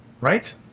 right